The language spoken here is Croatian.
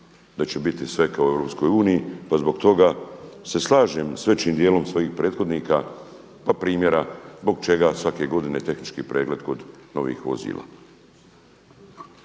da će biti sve kao u EU pa zbog toga se slažem s većim dijelom svojih prethodnika pa primjera zbog čega svake godine tehnički pregled kod novih vozila